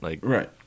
Right